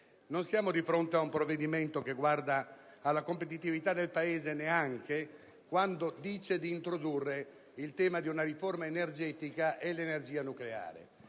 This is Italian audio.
Non siamo di fronte ad un provvedimento che guarda alla competitività del Paese neanche quando dice di introdurre il tema di una riforma energetica e dell'energia nucleare.